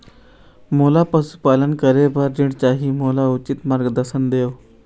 मोला पशुपालन करे बर ऋण चाही, मोला उचित मार्गदर्शन देव?